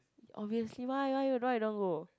obviously why why you don't I don't go